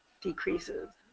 decreases